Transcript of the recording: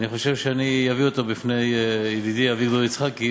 אני חושב שאני אביא אותו בפני ידידי אביגדור יצחקי,